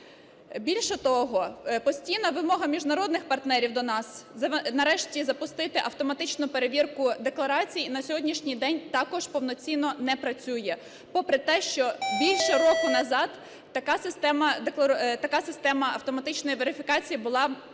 Більше того, постійна вимога міжнародних партнерів до нас нарешті запустити автоматичну перевірку декларацій на сьогоднішній день також повноцінно не працює попри те, що більше року назад така система автоматичної верифікації була передана